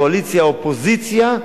קואליציה-אופוזיציה,